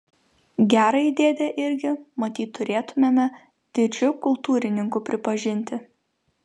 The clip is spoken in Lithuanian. gerąjį dėdę irgi matyt turėtumėme didžiu kultūrininku pripažinti